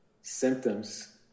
symptoms